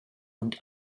und